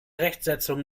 rechtsetzung